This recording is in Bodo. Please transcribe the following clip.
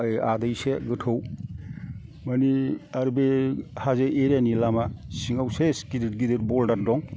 आदैसे गोथौ माने आरो बे हाजो एरियानि लामा सिङाव सेस गिदिर गिदिर बलदार दं